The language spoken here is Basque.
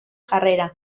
jarrera